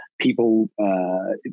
people